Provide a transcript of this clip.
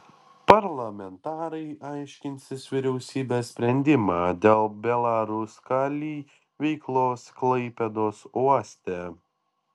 parlamentarai aiškinsis vyriausybės sprendimą dėl belaruskalij veiklos klaipėdos uoste